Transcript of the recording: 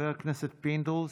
חבר הכנסת פינדרוס,